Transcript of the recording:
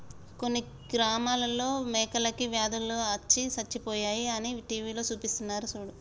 కొన్ని గ్రామాలలో మేకలకి వ్యాధులు అచ్చి సచ్చిపోయాయి అని టీవీలో సూపిస్తున్నారు సూడు